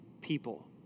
people